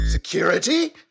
Security